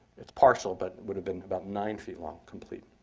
it's partial, but would've been about nine feet long complete.